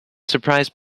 surprise